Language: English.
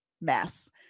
mess